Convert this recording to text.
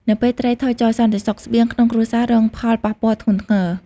នៅពេលត្រីថយចុះ សន្តិសុខស្បៀងក្នុងគ្រួសាររងផលប៉ះពាល់ធ្ងន់ធ្ងរ។